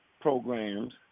programs